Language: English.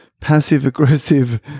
passive-aggressive